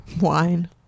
Wine